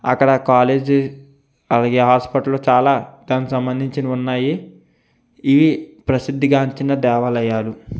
అక్కడ కాలేజీ అలాగే హాస్పిటళ్ళు చాలా దానికి సంబంధించిన ఉన్నాయి ఇవి ప్రసిద్దిగాంచిన దేవాలయాలు